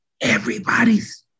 everybody's